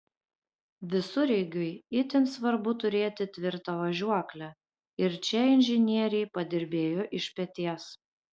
visureigiui itin svarbu turėti tvirtą važiuoklę ir čia inžinieriai padirbėjo iš peties